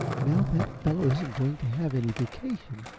now that fellow isn't going to have any vacation,